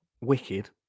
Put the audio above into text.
wicked